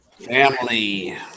Family